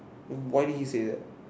why do you say that